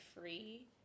free